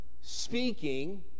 speaking